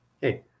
Hey